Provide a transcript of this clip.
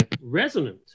resonant